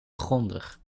grondig